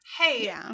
Hey